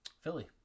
Philly